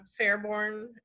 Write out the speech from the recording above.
fairborn